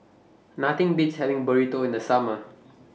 Nothing Beats having Burrito in The Summer